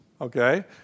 okay